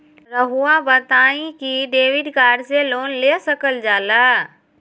रहुआ बताइं कि डेबिट कार्ड से लोन ले सकल जाला?